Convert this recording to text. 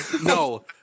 No